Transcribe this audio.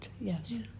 yes